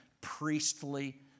priestly